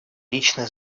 личное